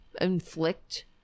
inflict